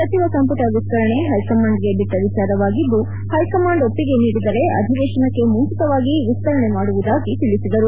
ಸಚಿವ ಸಂಪುಟ ವಿಸ್ತರಣೆ ಹೈಕಮಾಂಡ್ಗೆ ಬಿಟ್ಟವಿಚಾರವಾಗಿದ್ದು ಹೈಕಮಾಂಡ್ ಒಪ್ಪಿಗೆ ನೀಡಿದರೆ ಅಧಿವೇಶನಕ್ಕೆ ಮುಂಚಿತವಾಗಿ ವಿಸ್ತರಣೆ ಮಾಡುವುದಾಗಿ ತಿಳಿಸಿದರು